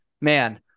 man